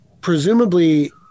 presumably